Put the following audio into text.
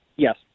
Yes